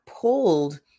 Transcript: pulled